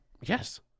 yes